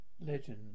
LEGEND